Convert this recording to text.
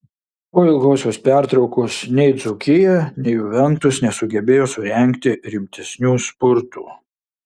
po ilgosios pertraukos nei dzūkija nei juventus nesugebėjo surengti rimtesnių spurtų